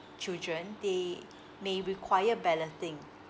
children they may require balloting